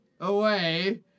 Away